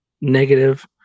negative